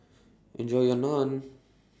Enjoy your Naan